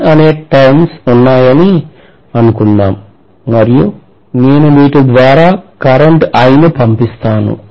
N అనే turns ఉన్నాయని చెప్పనివ్వండి మరియు నేను వీటి ద్వారా కరెంటు I ను పంపిస్తాను